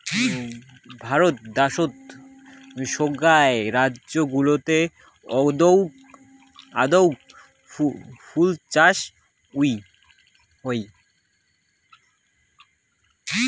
ভারত দ্যাশোত সোগায় রাজ্য গুলাতে আদৌক ফুল চাষ হউ